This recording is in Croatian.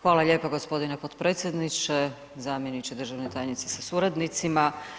Hvala lijepo g. potpredsjedniče, zamjeniče državne tajnice sa suradnicima.